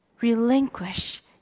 Relinquish